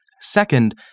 Second